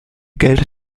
geld